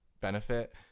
benefit